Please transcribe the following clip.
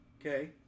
Okay